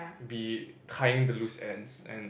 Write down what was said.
be tying the loose ends and